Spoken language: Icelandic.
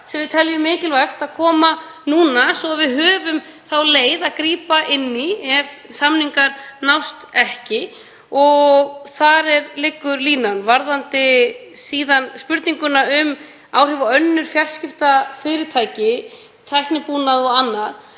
sem við teljum áríðandi að komi fram núna þannig að við höfum leið til að grípa inn í ef samningar nást ekki. Og þar liggur línan. Varðandi síðan spurninguna um áhrif á önnur fjarskiptafyrirtæki, tæknibúnað og annað,